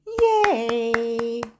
Yay